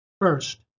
First